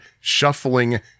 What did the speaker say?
shuffling